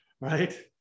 right